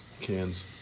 Cans